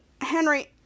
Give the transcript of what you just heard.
Henry